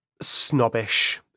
snobbish